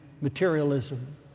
materialism